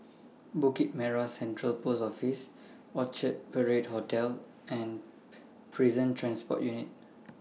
Bukit Merah Central Post Office Orchard Parade Hotel and Prison Transport Unit